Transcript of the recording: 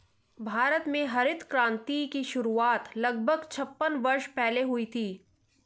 भारत में हरित क्रांति की शुरुआत लगभग छप्पन वर्ष पहले हुई थी